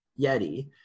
Yeti